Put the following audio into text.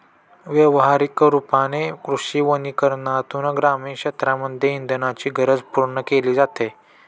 व्यवहारिक रूपाने कृषी वनीकरनातून ग्रामीण क्षेत्रांमध्ये इंधनाची गरज पूर्ण केली जाते